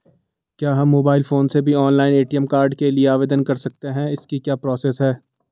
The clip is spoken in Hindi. क्या हम मोबाइल फोन से भी ऑनलाइन ए.टी.एम कार्ड के लिए आवेदन कर सकते हैं इसकी क्या प्रोसेस है?